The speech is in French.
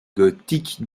gothiques